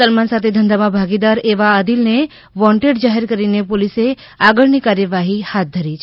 સલમાન સાથે ધંધામાં ભાગીદાર એવા આદિલને વોન્ટેડ જાહેર કરીને પોલીસે આગળની કાર્યવાહી હાથ ધરી છે